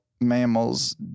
mammals